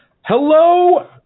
Hello